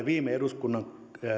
viime eduskunnan käytännön